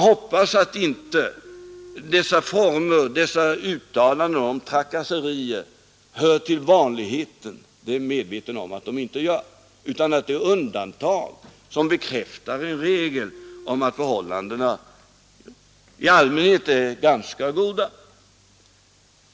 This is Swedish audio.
Jag är medveten om att sådana trakasserier inte hör till vanligheten, det är undantag som bekräftar regeln, nämligen att förhållandena är ganska goda.